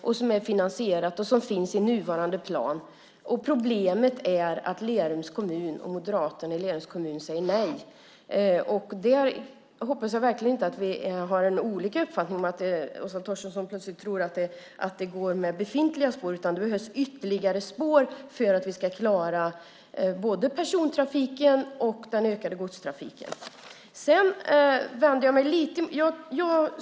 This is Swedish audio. Det är finansierat och finns i nuvarande plan. Problemet är att moderaterna i Lerums kommun säger nej. Jag hoppas verkligen att vi inte har olika uppfattningar, att Åsa Torstensson plötsligt tror att det räcker med befintliga spår, utan det behövs ytterligare spår för att klara både persontrafiken och den ökade godstrafiken.